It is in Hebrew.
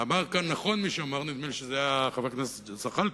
ואמר כאן נכון, נדמה לי שזה היה חבר הכנסת זחאלקה,